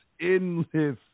endless